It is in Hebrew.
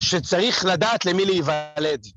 שצריך לדעת למי להיוולד